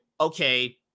okay